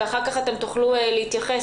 ואחר כך תוכלו להתייחס,